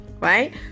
right